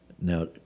now